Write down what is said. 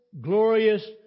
glorious